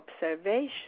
observation